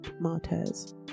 martyrs